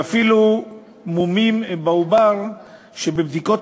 ואפילו מומים בעובר שלא מתגלים בבדיקות